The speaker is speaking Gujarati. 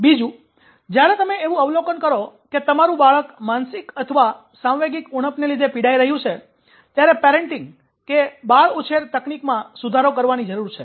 બીજું જ્યારે તમે એવું અવલોકન કરો કે તમારું બાળક માનસિક અથવા સાંવેગિક ઉણપને લીધે પીડાઈ રહ્યું છે ત્યારે પેરેંટિંગ બાળઉછેર તકનીકમાં સુધારો કરવાની જરૂર છે